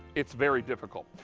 it's very difficult.